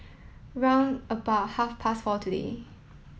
round about half past four today